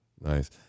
Nice